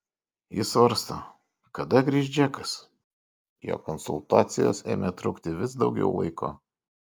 ji svarsto kada grįš džekas jo konsultacijos ėmė trukti vis daugiau laiko